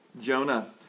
Jonah